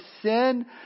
sin